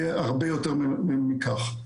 והרבה יותר מכך.